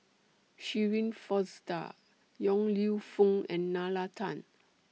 Shirin Fozdar Yong Lew Foong and Nalla Tan